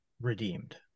redeemed